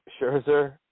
Scherzer